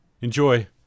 Enjoy